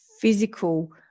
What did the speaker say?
physical